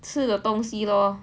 吃的东西咯